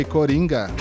Coringa